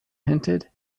hinted